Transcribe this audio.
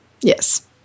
Yes